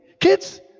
Kids